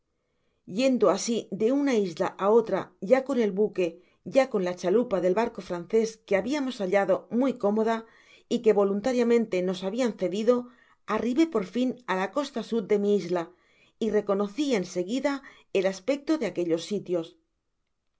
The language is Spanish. yendo asi de una isla á otra ya con el buque ya con la chalupa del barco francés que habiamos hallado muy cómoda y que voluntariamente nos habian cedido arribó por fin á la costa sud de mi isla y reconoci en seguida el aspecto de aquellos sitios